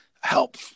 help